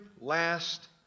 last